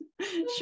Sure